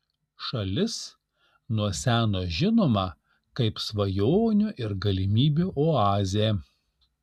šalis nuo seno žinoma kaip svajonių ir galimybių oazė